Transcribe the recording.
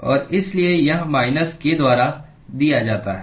और इसलिए यह माइनस k द्वारा दिया जाता है